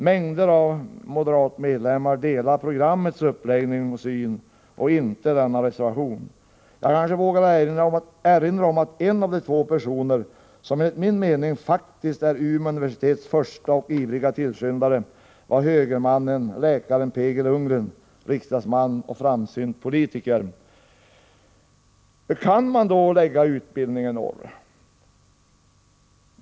Mängder av moderatmedlemmar delar programmets uppfattning och syn och inte reservationens uppfattning. Jag kanske vågar erinra om att en av de två personer som faktiskt varit Umeå universitets första och ivriga tillskyndare var högernannen P.G. Lundgren, riksdagsman och framsynt politiker. Kan man lägga utbildning i norr?